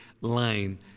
line